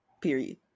period